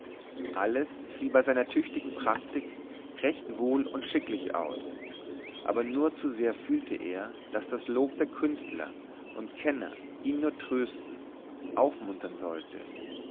alles fiel bei seiner tüchtigen praktik recht wohl und schicklich aus aber nur zu sehr fühlte er daß das lob der künstler und kenner ihn nur trösten aufmuntern sollte